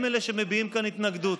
הם שמביעים כאן התנגדות.